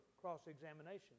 cross-examination